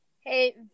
Hey